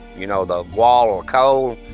you know, the wall of coal.